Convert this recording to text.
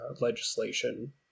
legislation